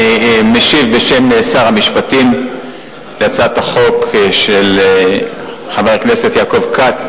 אני משיב בשם שר המשפטים על הצעת החוק של חבר הכנסת יעקב כץ,